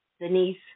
Denise